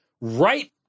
Right